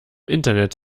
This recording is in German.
internet